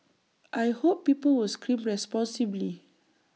I hope people was scream responsibly